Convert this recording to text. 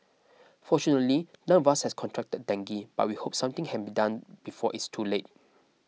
fortunately none of us has contracted dengue but we hope something can be done before it's too late